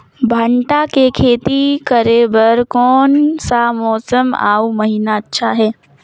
भांटा के खेती करे बार कोन सा मौसम अउ महीना अच्छा हे?